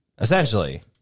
essentially